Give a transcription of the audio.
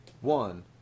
One